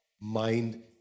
mind